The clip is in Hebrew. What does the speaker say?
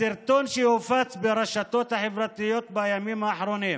הסרטון שהופץ ברשתות החברתיות בימים האחרונים